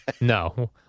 No